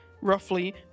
roughly